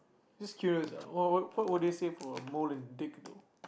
just curious ah w~ what what would they say for mole and dick though